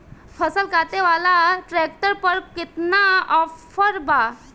फसल काटे वाला ट्रैक्टर पर केतना ऑफर बा?